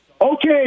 Okay